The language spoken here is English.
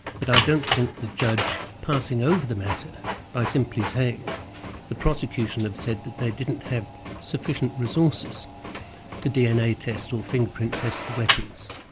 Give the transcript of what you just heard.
but i don't think the judge, passing over the matter by simply saying the prosecution have said that they didn't have sufficient resources to dna test or fingerprint test the weapons,